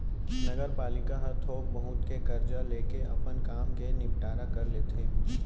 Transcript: नगरपालिका ह थोक बहुत के करजा लेके अपन काम के निंपटारा कर लेथे